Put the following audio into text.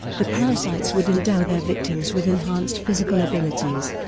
the parasites would endow their victims with enhanced physical abilities,